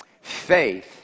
Faith